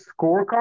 scorecard